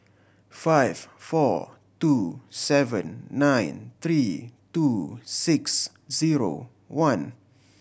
five four two seven nine three two six zero one